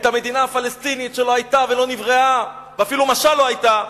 את המדינה הפלסטינית שלא היתה ולא נבראה ואפילו משל לא היתה,